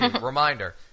reminder